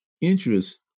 interest